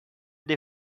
they